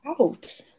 out